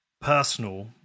personal